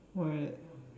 why